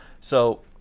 So-